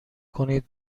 کنید